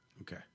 Okay